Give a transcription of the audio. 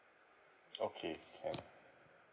okay can